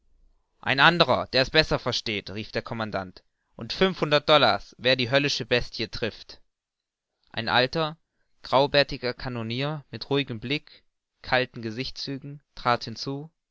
ein anderer der's besser versteht rief der commandant und fünfhundert dollars wer die höllische bestie trifft ein alter graubärtiger kanonier mit ruhigem blick kalten gesichtszügen trat hinzu